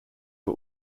war